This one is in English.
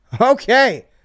Okay